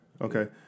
okay